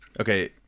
Okay